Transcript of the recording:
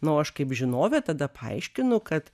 nu o aš kaip žinovė tada paaiškinu kad